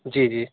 جی جی